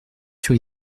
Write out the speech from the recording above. sur